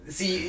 See